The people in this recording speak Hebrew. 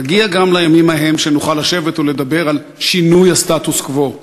נגיע גם לימים שבהם נוכל לשבת ולדבר על שינוי הסטטוס-קוו.